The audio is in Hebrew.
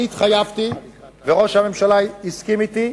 אני התחייבתי, וראש הממשלה הסכים אתי: